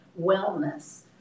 wellness